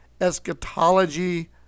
eschatology